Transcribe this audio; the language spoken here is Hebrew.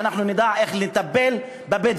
שאנחנו נדע איך לטפל בבדואים.